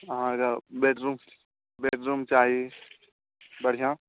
अहाँके बेडरूम चाही बढ़िऑं